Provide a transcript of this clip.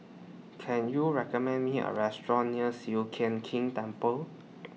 Can YOU recommend Me A Restaurant near King Temple